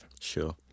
Sure